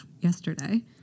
yesterday